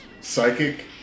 Psychic